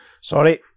Sorry